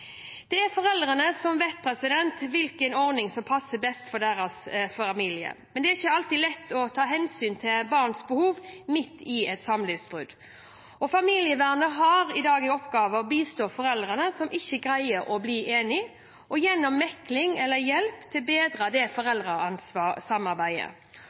Det er foreldrene som vet hvilken ordning som passer best for deres familie, men det er ikke alltid lett å ta hensyn til barns behov midt i et samlivsbrudd. Familievernet har i dag i oppgave å bistå foreldre som ikke greier å bli enige, gjennom mekling eller hjelp til å bedre